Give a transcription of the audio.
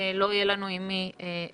לא יהיה לנו עם מי להילחם.